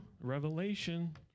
Revelation